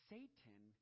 Satan